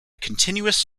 continuous